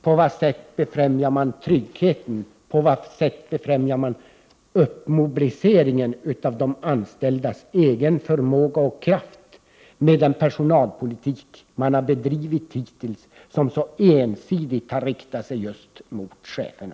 På vad sätt befrämjar man tryggheten och mobiliserar de anställdas egen förmåga och kraft med den personalpolitik man har bedrivit hittills och som så ensidigt har riktats just mot cheferna?